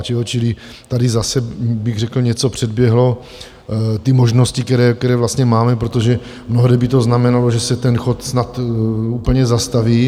Čili tady zase bych řekl, něco předběhlo možnosti, které vlastně máme, protože mnohdy by to znamenalo, že se ten chod snad úplně zastaví.